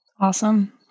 Awesome